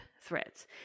threats